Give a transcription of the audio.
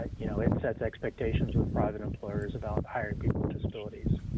you know, it sets expectations with private employers about hiring people with disabilities,